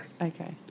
Okay